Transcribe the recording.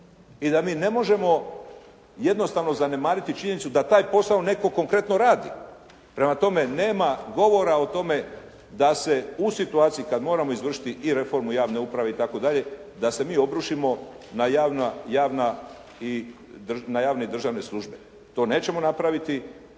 I da mi ne možemo jednostavno zanemariti činjenicu da taj posao netko konkretno radi. Prema tome, nema govora o tome da se u situaciji kada moramo izvršiti i reformu javne uprave itd. da se mi obrušimo na javne i državne službe. To nećemo napraviti.